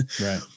Right